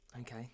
okay